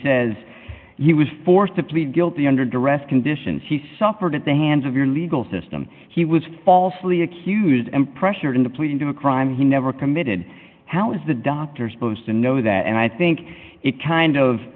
says he was forced to plead guilty under duress conditions he suffered at the hands of your legal system he was falsely accused and pressured into pleading to a crime he never committed how is the doctors posed to know that and i think it kind of